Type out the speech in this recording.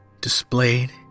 displayed